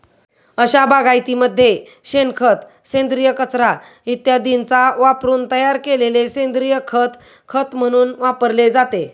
अशा बागायतीमध्ये शेणखत, सेंद्रिय कचरा इत्यादींचा वापरून तयार केलेले सेंद्रिय खत खत म्हणून वापरले जाते